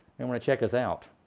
and wanna check us out.